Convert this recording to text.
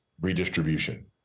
redistribution